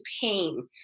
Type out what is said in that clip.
pain